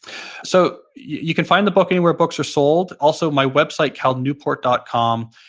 so you can find the book anywhere books are sold. also, my website, calnewport dot com.